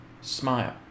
smile